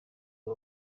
abo